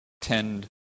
tend